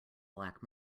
black